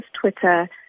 Twitter